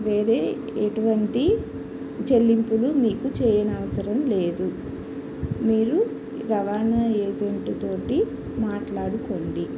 వేరే ఎటువంటి చెల్లింపులు మీకు చేయనవసరం లేదు మీరు రవాణా ఏజెంట్తో మాట్లాడుకోండి